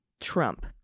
Trump